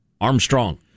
Armstrong